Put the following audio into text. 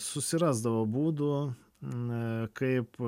susirasdavo būdų e kaip